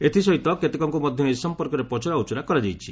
ଏଥିସହିତ କେତେକଙ୍କୁ ମଧ୍ୟ ଏ ସଂପର୍କରେ ପଚରାଉଚରା କରାଯାଇଛି